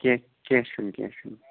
کیٚنٛہہ کیٚنٛہہ چھُنہٕ کیٚنٛہہ چھُنہٕ